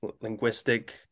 linguistic